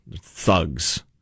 thugs